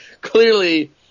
Clearly –